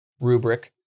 rubric